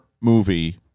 movie